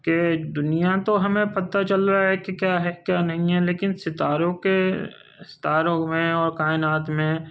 کہ دنیا تو ہمیں پتہ چل رہا ہے کہ کیا ہے کیا نہیں ہے لیکن ستاروں کے ستاروں میں اور کائنات میں